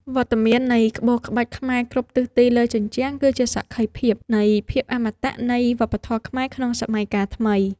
វត្តមាននៃក្បូរក្បាច់ខ្មែរគ្រប់ទិសទីលើជញ្ជាំង គឺជាសក្ខីភាពនៃភាពអមតៈនៃវប្បធម៌ខ្មែរក្នុងសម័យកាលថ្មី។